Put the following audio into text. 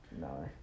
No